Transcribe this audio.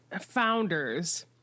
founders